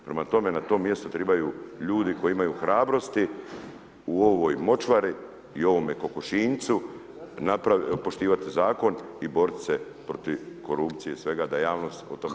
Prema tome, na tom mjestu trebaju ljudi koji imaju hrabrosti u ovoj močvari i u ovome kokošinjcu napraviti, poštivati zakon i boriti se protiv korupcije i svega da javnost o tome